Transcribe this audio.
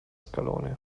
scalone